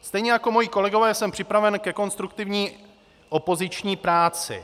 Stejně jako moji kolegové jsem připraven ke konstruktivní opoziční práci.